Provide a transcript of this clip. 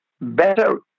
better